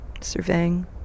surveying